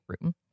room